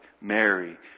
Mary